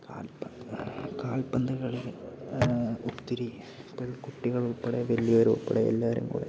കാൽപന്ത് കാൽപ്പന്ത്കളി ഒത്തിരി ഇപ്പം ഈ കുട്ടികളുൾപ്പെടെ വലിയവർ ഉൾപ്പടെ എല്ലാവരും കൂടെ